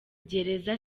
gereza